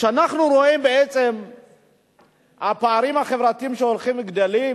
כשאנחנו רואים את הפערים החברתיים שהולכים וגדלים